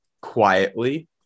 quietly